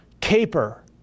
caper